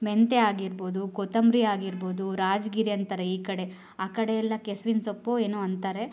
ಮೆಂತ್ಯ ಆಗಿರ್ಬೋದು ಕೊತ್ತಂಬರಿ ಆಗಿರ್ಬೋದು ರಾಜಗಿರಿ ಅಂತಾರೆ ಈ ಕಡೆ ಆ ಕಡೆ ಎಲ್ಲ ಕೆಸ್ವಿನ ಸೊಪ್ಪು ಏನೋ ಅಂತಾರೆ